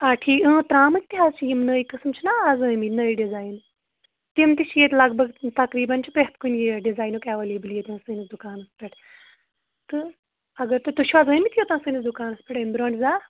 آ ٹھیٖک ترٛامٕکۍ تہِ حظ چھِ یِم نٔے قٕسٕم چھِنا آز آمتۍ نٔے ڈِزایِن تِم تہِ چھِ ییٚتہِ لگ بگ تقریباً چھِ پرٛٮ۪تھ کُنہِ یہِ ڈِزاینُک ایویلیبل ییٚتہِ حظ سٲنِس دُکانَس پٮ۪ٹھ تہٕ اگر تُہۍ تُہۍ چھِو حظ آمٕتۍ یوٚتن سٲنِس دُکانس پٮ۪ٹھ امہِ برٛونٹھ زانٛہہ